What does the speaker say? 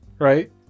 right